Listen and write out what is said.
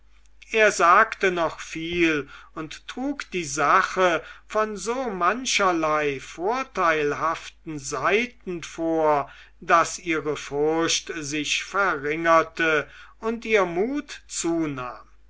er sagte noch viel und trug die sache von so mancherlei vorteilhaften seiten vor daß ihre furcht sich verringerte und ihr mut zunahm